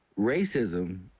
racism